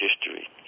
history